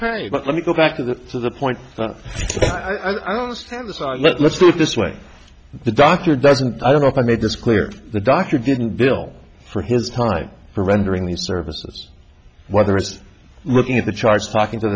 parity but let me go back to the to the point i don't stand aside let's put it this way the doctor doesn't i don't know if i made this clear the doctor didn't bill for his time for rendering these services whether it's looking at the charts talking to